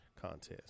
contest